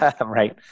right